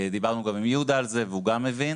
דיברנו גם עם יהודה על זה, והוא גם מבין,